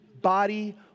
Body